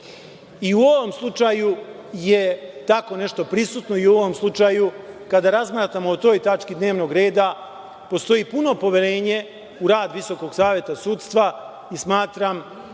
i u ovom slučaju je tako nešto prisutno i u ovom slučaju, kada razmatramo o toj tački dnevnog reda, postoji puno poverenje u rad VSS i smatram